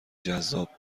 جذاب